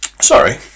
Sorry